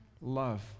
love